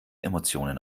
emotionen